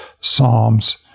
psalms